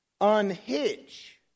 unhitch